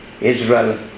Israel